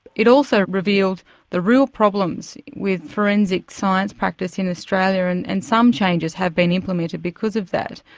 it also revealed the real problems with forensic science practice in australia, and and some changes have been implemented because of that.